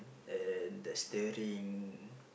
and the steering